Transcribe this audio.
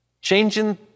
Changing